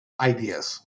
ideas